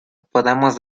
podamos